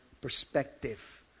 perspective